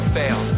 fail